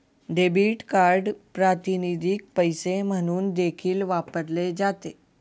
debit card प्रातिनिधिक पैसे म्हणून देखील वापरले जाते